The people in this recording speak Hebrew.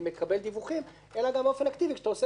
דיווחים אלא גם באופן אקטיבי כשאתה עושה ביקורת,